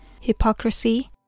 hypocrisy